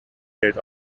geld